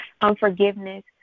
unforgiveness